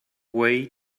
way